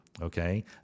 Okay